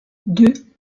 deux